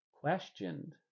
questioned